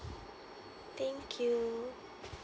thank you